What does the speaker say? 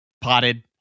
potted